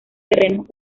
terrenos